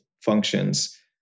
functions